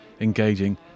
engaging